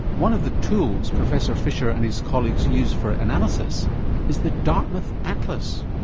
one of the tools professor fisher and his colleagues use for analysis is the dartmouth atlas.